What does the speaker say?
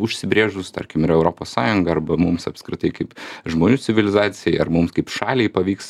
užsibrėžus tarkim yra europos sąjunga arba mums apskritai kaip žmonių civilizacijai ar mums kaip šaliai pavyks